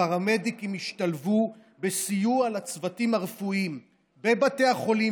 הפרמדיקים השתלבו בסיוע לצוותים הרפואיים בבתי החולים